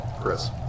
Chris